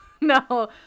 no